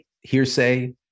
hearsay